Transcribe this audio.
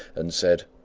and said,